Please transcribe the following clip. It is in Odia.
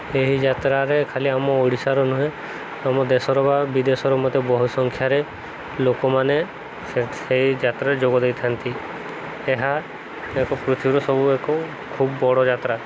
ଏହି ଯାତ୍ରାରେ ଖାଲି ଆମ ଓଡ଼ିଶାର ନୁହେଁ ଆମ ଦେଶର ବା ବିଦେଶର ମଧ୍ୟ ବହୁ ସଂଖ୍ୟାରେ ଲୋକମାନେ ସେହି ଯାତ୍ରାରେ ଯୋଗ ଦେଇଥାନ୍ତି ଏହା ଏକ ପୃଥିବୀର ସବୁ ଏକ ଖୁବ୍ ବଡ଼ ଯାତ୍ରା